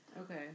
Okay